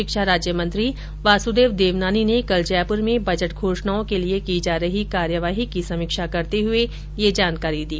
शिक्षा राज्य मंत्री वासुदेव देवनानी ने कल जयपुर में बजट घोषणाओं के लिए की जा रही कार्यवाही की समीक्षा करते हुए यह जानकारी दी